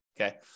Okay